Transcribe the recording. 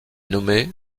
nommée